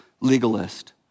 legalist